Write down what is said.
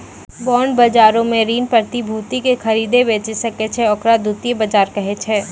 bond बजारो मे ऋण प्रतिभूति के खरीदै बेचै सकै छै, ओकरा द्वितीय बजार कहै छै